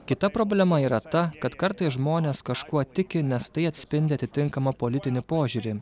kita problema yra ta kad kartais žmonės kažkuo tiki nes tai atspindi atitinkamą politinį požiūrį